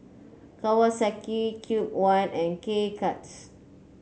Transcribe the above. Kawasaki Cube I and K Cuts